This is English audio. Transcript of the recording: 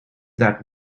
that